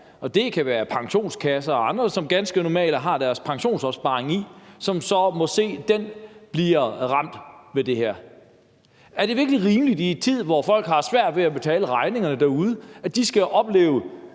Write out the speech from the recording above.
og det kan være pensionskasser og andre, som ganske normale mennesker har deres pensionsopsparing i, og de må så se på, at den bliver ramt af det her. Er det virkelig rimeligt i en tid, hvor folk har svært ved at betale regningerne derude, hvor de oplever,